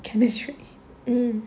chemistry mm